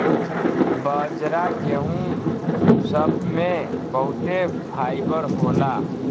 बाजरा गेहूं सब मे बहुते फाइबर होला